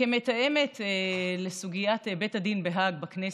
דווקא כמתאמת של סוגיית בית הדין בהאג בכנסת,